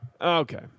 Okay